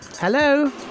Hello